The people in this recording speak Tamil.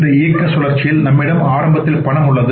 இந்த இயக்கச் சுழற்சியில் நம்மிடம் ஆரம்பத்தில் பணம் உள்ளது